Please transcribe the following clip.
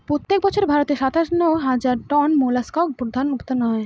প্রত্যেক বছর ভারতে সাতান্ন হাজার টন মোল্লাসকস উৎপাদন হয়